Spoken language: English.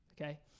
okay